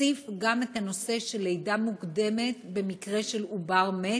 תוסיף גם את הנושא של לידה מוקדמת במקרה של עובר מת,